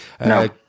No